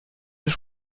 was